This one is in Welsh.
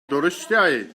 dwristiaid